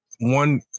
one